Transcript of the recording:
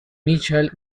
michael